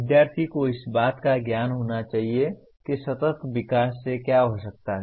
विद्यार्थी को इस बात का ज्ञान होना चाहिए कि सतत विकास से क्या हो सकता है